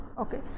okay